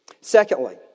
Secondly